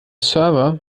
server